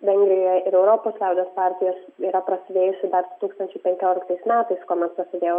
vengrijoj ir europos liaudies partijos yra prasidėjusi dar du tūkstančiai pekioliktais metais kuomet prasidėjo